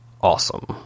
awesome